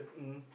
mm